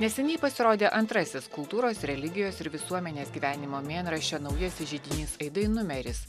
neseniai pasirodė antrasis kultūros religijos ir visuomenės gyvenimo mėnraščio naujasis židinys aidai numeris